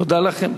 תודה לכם.